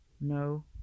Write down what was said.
No